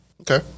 Okay